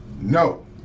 No